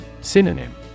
Synonym